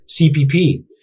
CPP